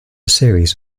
series